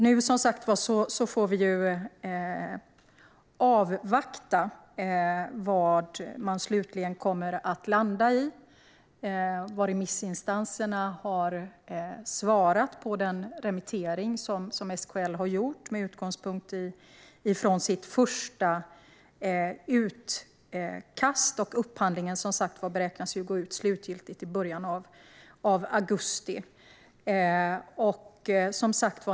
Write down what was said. Nu får vi avvakta vad man slutligen kommer att landa i och vad remissinstanserna har svarat på SKL:s remiss med utgångspunkt i deras första utkast. Upphandlingen beräknas slutgiltigt gå ut i början av augusti.